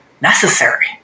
necessary